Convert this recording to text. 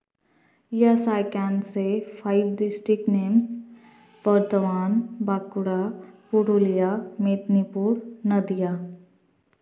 Yes I can say five district name Bardhaman Bankura Purulia Medinipur Nadia